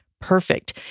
perfect